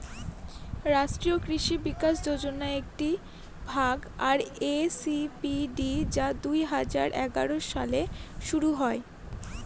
রাষ্ট্রীয় কৃষি বিকাশ যোজনার একটি ভাগ আর.এ.ডি.পি যা দুই হাজার এগারো সালে শুরু করা হয়